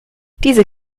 diese